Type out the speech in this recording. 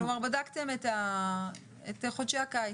כלומר בדקתם את חודשי הקיץ.